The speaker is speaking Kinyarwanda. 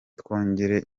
twongere